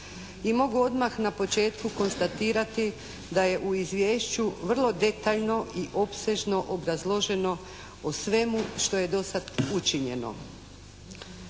i mogu odmah na početku konstatirati da je u izvješću vrlo detaljno i opsežno obrazloženo o svemu što je do sada učinjeno.